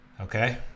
Okay